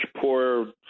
poor